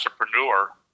entrepreneur